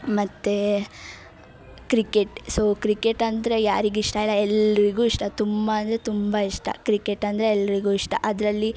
ಮತ್ತು cricket so cricket ಅಂದರೆ ಯಾರಿಗೆ ಇಷ್ಟವಿಲ್ಲ ಎಲ್ಲರಿಗೂ ಇಷ್ಟ ತುಂಬ ಅಂದರೆ ತುಂಬ ಇಷ್ಟ ಕ್ರಿಕೆಟ್ ಅಂದರೆ ಎಲ್ಲರಿಗೂ ಇಷ್ಟ ಅದರಲ್ಲಿ